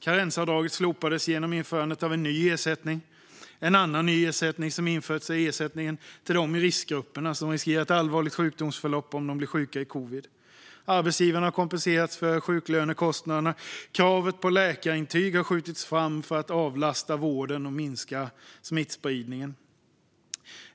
Karensavdraget slopades genom införandet av en ny ersättning. En annan ny ersättning som införts är ersättningen till dem i riskgrupperna, som riskerar ett allvarligt sjukdomsförlopp om de blir sjuka i covid. Arbetsgivarna har kompenserats för sjuklönekostnaderna, och kravet på läkarintyg har skjutits fram för att avlasta vården och minska smittspridningen.